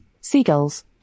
seagulls